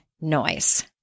noise